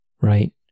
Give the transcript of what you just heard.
right